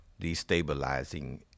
destabilizing